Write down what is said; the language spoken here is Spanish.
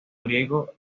griego